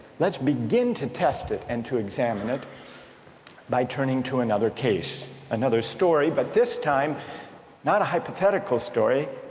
let's begin to test it and to examine it by turning to another case another story but this time not a hypothetical story,